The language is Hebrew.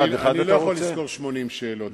אני לא יכול לזכור 80 שאלות.